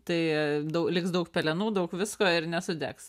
tai dau liks daug pelenų daug visko ir nesudegs